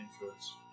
influence